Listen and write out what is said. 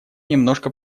немножко